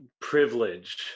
privilege